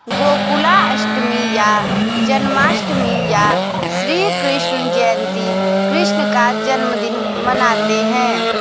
गोकुल अष्टमी या जन्माष्टमी या श्री कृष्ण जयंती कृष्ण का जन्मदिन मनाते हैं